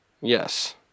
Yes